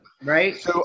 Right